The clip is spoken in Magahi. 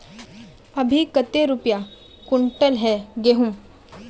अभी कते रुपया कुंटल है गहुम?